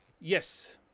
Yes